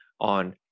on